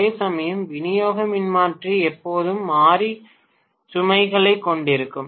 அதேசமயம் விநியோக மின்மாற்றி எப்போதும் மாறி சுமைகளைக் கொண்டிருக்கும்